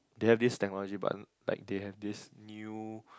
they have this technology but like they have this new